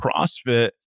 CrossFit